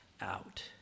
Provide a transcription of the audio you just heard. out